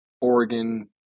Oregon